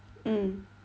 mm